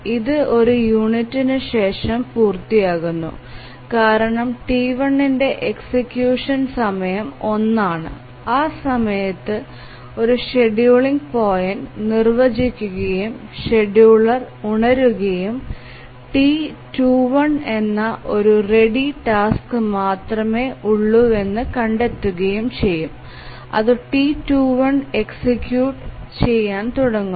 ഇത് ഒരു യൂണിറ്റിന് ശേഷം പൂർത്തിയാക്കുന്നു കാരണം T1 ന്റെ എക്സിക്യൂഷൻ സമയം 1 ആണ് ആ സമയത്ത് ഒരു ഷെഡ്യൂളിംഗ് പോയിന്റ് നിർവചിക്കുകയും ഷെഡ്യൂളർ ഉണരുകയും T21 എന്ന ഒരു റെഡി ടാസ്ക് മാത്രമേ ഉള്ളൂവെന്ന് കണ്ടെത്തുകയും ചെയ്യും അതു T21 എക്സിക്യൂട്ട് ചെയാൻ തുടങ്ങുന്നു